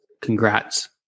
Congrats